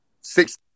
six